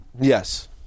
Yes